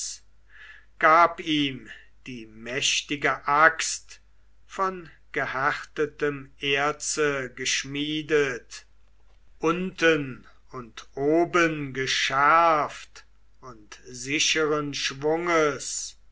gab ihm die mächtige axt von gehärtetem erze geschmiedet unten und oben geschärft und sicheren schwunges